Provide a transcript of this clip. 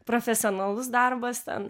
profesionalus darbas ten